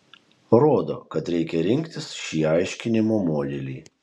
rodo kad reikia rinktis šį aiškinimo modelį